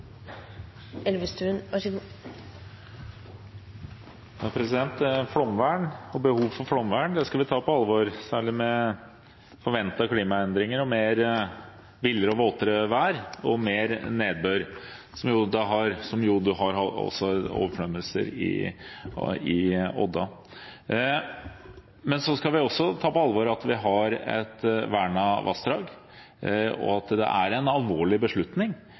for flomvern skal vi ta på alvor, særlig med forventede klimaendringer – villere og våtere vær og mer nedbør, som man har sett også i forbindelse med oversvømmelser i Odda. Men vi skal også ta på alvor at vi har et vernet vassdrag, og at det er en alvorlig beslutning